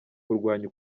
kurwanya